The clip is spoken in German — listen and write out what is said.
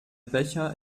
becher